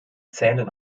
zählen